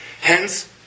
Hence